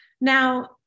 Now